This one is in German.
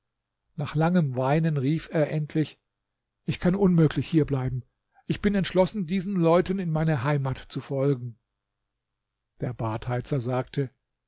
nach langem weinen rief er endlich ich kann unmöglich hier bleiben ich bin entschlossen diesen leuten in meine heimat zu folgen der badheizer sagte